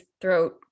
throat